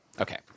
okay